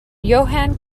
johann